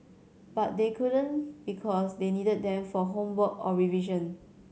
but they couldn't because they needed them for homework or revision